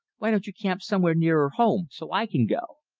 why don't you camp somewhere nearer home, so i can go?